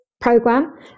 program